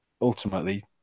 ultimately